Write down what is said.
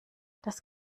das